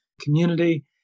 community